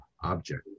object